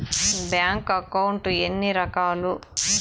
bank account ఎన్ని రకాలు